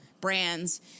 brands